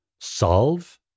solve